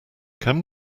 can